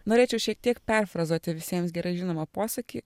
norėčiau šiek tiek perfrazuoti visiems gerai žinomą posakį